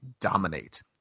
dominate